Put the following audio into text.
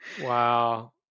Wow